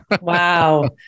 Wow